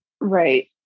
Right